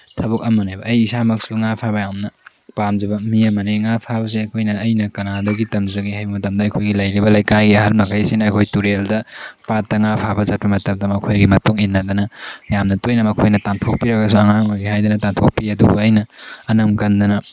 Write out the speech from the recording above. ꯊꯕꯛ ꯑꯃꯅꯦꯕ ꯑꯩ ꯏꯁꯥꯃꯛꯁꯨ ꯉꯥ ꯐꯥꯕ ꯌꯥꯝꯅ ꯄꯥꯝꯖꯕ ꯃꯤ ꯑꯃꯅꯤ ꯉꯥ ꯐꯥꯕꯁꯦ ꯑꯩꯈꯣꯏꯅ ꯑꯩꯅ ꯀꯅꯥꯗꯒꯤ ꯇꯝꯖꯒꯦ ꯍꯥꯏꯕ ꯃꯇꯝꯗ ꯑꯩꯈꯣꯏꯒꯤ ꯂꯩꯔꯤꯕ ꯂꯩꯀꯥꯏꯒꯤ ꯑꯍꯟ ꯃꯈꯩꯁꯤꯅ ꯑꯩꯈꯣꯏ ꯇꯨꯔꯦꯜꯗ ꯄꯥꯠꯇ ꯉꯥ ꯐꯥꯕ ꯆꯠꯄ ꯃꯇꯝꯗ ꯃꯈꯣꯏꯒꯤ ꯃꯇꯨꯡ ꯏꯟꯅꯗꯅ ꯌꯥꯝꯅ ꯇꯣꯏꯅ ꯃꯈꯣꯏꯅ ꯇꯥꯟꯊꯣꯛꯄꯤꯔꯒꯁꯨ ꯑꯉꯥꯡ ꯑꯣꯏꯔꯤ ꯍꯥꯏꯗꯅ ꯇꯥꯟꯊꯣꯛꯄꯤ ꯑꯗꯨꯕꯨ ꯑꯩꯅ ꯑꯅꯝ ꯀꯟꯗꯅ